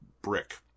Brick